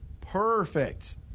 Perfect